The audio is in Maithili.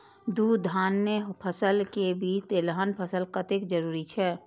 दू धान्य फसल के बीच तेलहन फसल कतेक जरूरी छे?